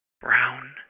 brown